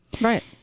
Right